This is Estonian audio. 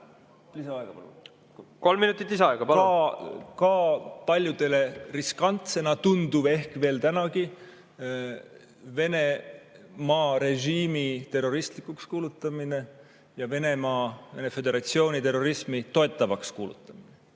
lisaaega. Kolm minutit lisaaega, palun! ... ka paljudele riskantsena tunduv ehk veel tänagi. Venemaa režiimi terroristlikuks kuulutamine ja Venemaa Föderatsiooni terrorismi toetavaks kuulutamine